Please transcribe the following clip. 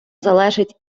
залежить